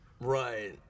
Right